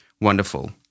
wonderful